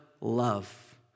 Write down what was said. love